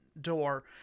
door